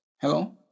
Hello